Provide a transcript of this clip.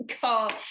call